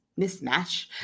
mismatch